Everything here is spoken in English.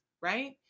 right